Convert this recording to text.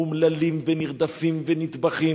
אומללים ונרדפים ונטבחים.